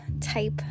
type